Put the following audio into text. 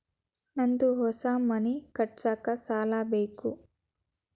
ನಂದು ಹೊಸ ಮನಿ ಕಟ್ಸಾಕ್ ಸಾಲ ಬೇಕು